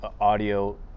audio